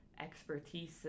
expertise